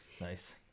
Nice